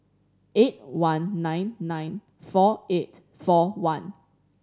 eight one nine nine four eight four one